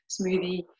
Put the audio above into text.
smoothie